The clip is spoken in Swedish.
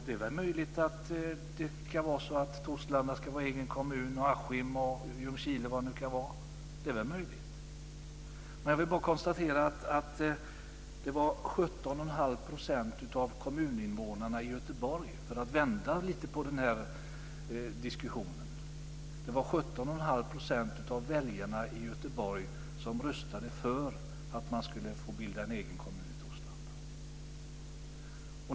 Det är väl möjligt att Torslanda ska vara en egen kommun, och Askim och Ljungskile. Men jag vill bara konstatera att det var 17,5 % av kommuninvånarna i Göteborg, för att vända lite på diskussion, som röstade för att man skulle få bilda en egen kommun i Torslanda.